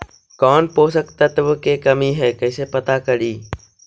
कौन पोषक तत्ब के कमी है कैसे पता करि?